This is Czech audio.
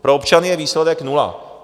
Pro občany je výsledek nula.